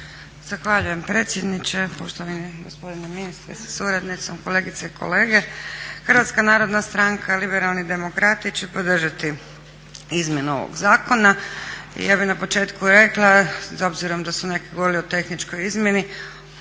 Zahvaljujem predsjedniče. Poštovani gospodine ministre sa suradnicom. Kolegice i kolege. HNS-Liberalni demokrati će podržati izmjene ovog zakona. Ja bih na početku rekla, s obzirom da su neki govorili o tehničkoj izmjeni,